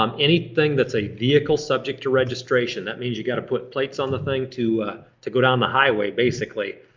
um anything that's a vehicle subject to registration. that means you've gotta put plates on the thing to ah to go down the highway basically.